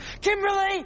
Kimberly